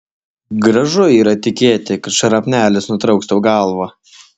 gražu yra tikėti kad šrapnelis nutrauks tau galvą